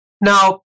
Now